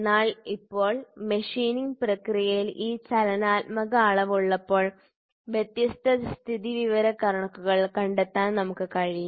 എന്നാൽ ഇപ്പോൾ മെഷീനിംഗ് പ്രക്രിയയിൽ ഈ ചലനാത്മക അളവ് ഉള്ളപ്പോൾ വ്യത്യസ്ത സ്ഥിതിവിവരക്കണക്കുകൾ കണ്ടെത്താൻ നമുക്ക് കഴിയും